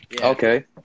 Okay